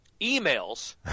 Emails